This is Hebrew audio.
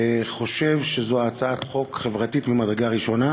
חושב שזו הצעת חוק חברתית ממדרגה ראשונה.